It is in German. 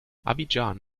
abidjan